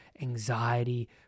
anxiety